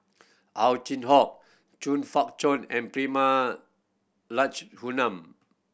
Ow Chin Hock Chong Fah Cheong and Prema Letchumanan